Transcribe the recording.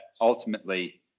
ultimately